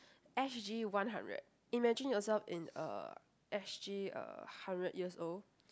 S_G one hundred imagine yourself in uh S_G uh hundred years old